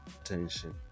attention